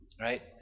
right